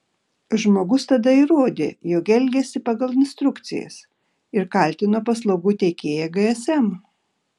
žmogus tada įrodė jog elgėsi pagal instrukcijas ir kaltino paslaugų teikėją gsm